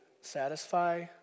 satisfy